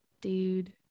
Dude